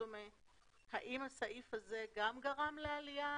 האם הסעיף הזה גם גרם לעלייה